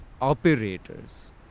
operators